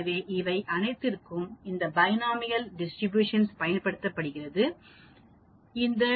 எனவே இவை அனைத்திற்கும் இந்த பைனோமியலைப் பயன்படுத்துகிறோம்